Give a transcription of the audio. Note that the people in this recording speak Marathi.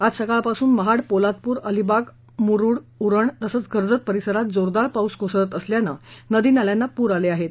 आज सकाळपासून महाड पोलादपूर अलिबाग मुरुड उरण तसंच कर्जत परिसरात जोरदार पाऊस कोसळत असल्यानं नदी नाल्यांना पूर आले आहत